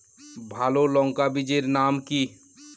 ভালো লঙ্কা বীজের নাম কি?